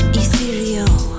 ethereal